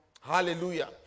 Hallelujah